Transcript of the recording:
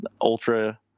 ultra